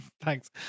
Thanks